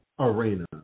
Arena